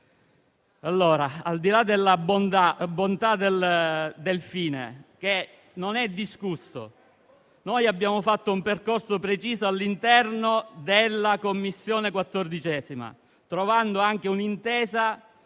Al di là della bontà del fine, che non è in discussione, noi abbiamo fatto un percorso preciso all'interno della 14a Commissione, trovando anche un'intesa su